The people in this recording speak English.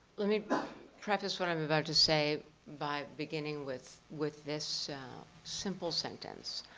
let me preface what i'm about to say by beginning with with this simple sentence.